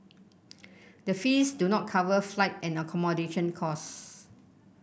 the fees do not cover flight and accommodation costs